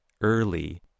early